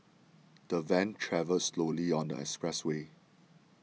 the van travelled slowly on the expressway